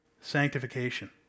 sanctification